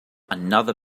another